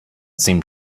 seemed